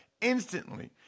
instantly